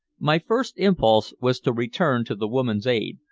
my first impulse was to return to the woman's aid,